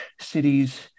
cities